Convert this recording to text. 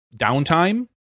downtime